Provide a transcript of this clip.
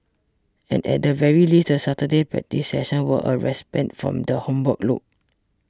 and at the very least the Saturday practice sessions were a respite from the homework load